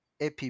AP